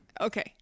Okay